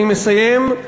אני מסיים,